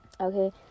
Okay